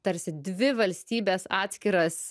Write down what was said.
tarsi dvi valstybes atskiras